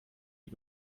die